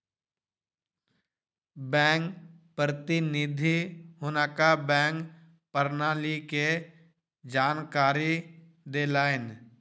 bank प्रतिनिधि हुनका bank प्रणाली के जानकारी देलैन